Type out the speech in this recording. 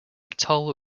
toll